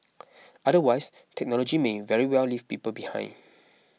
otherwise technology may very well leave people behind